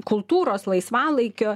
kultūros laisvalaikio